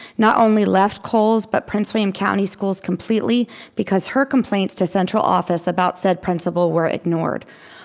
not only left coles, but prince william county schools completely because her complaints to central office about said principal were ignored.